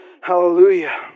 hallelujah